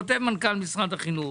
כותב מנכ"ל החינוך